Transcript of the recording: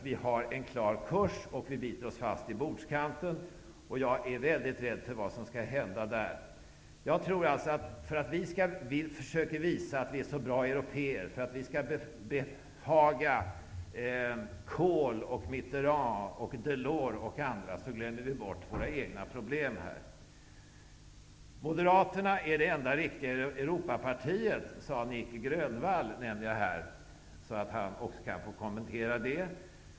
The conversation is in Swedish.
Vi har en klar kurs och biter oss fast i bordskanten. Jag är mycket rädd för vad som skall hända. Vi försöker visa att vi är goda européer för att behaga Kohl, Mitterrand, Delors och andra, men vi glömmer bort våra egna problem. Nic Grönvall sade att Moderaterna är det enda riktiga Europapartiet. Det nämner jag här så att han också kan få kommentera det.